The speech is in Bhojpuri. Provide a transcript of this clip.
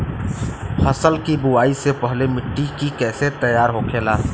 फसल की बुवाई से पहले मिट्टी की कैसे तैयार होखेला?